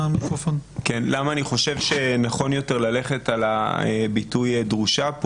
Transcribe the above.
למה אני חושב שנכון יותר ללכת על הביטוי דרושה.